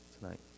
tonight